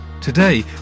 Today